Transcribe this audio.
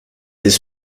his